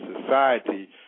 society